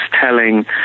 telling